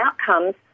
outcomes